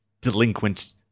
delinquent